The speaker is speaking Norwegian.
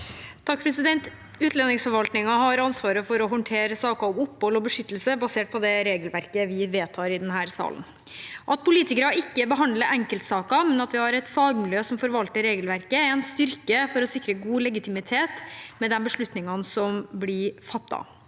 (H) Utlendingsfor- valtningen har ansvaret for å håndtere saker om opphold og beskyttelse basert på det regelverket vi vedtar i denne salen. At politikere ikke behandler enkeltsaker, men at vi har et fagmiljø som forvalter regelverket, er en styrke for å sikre god legitimitet for de beslutningene som blir fattet.